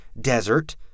desert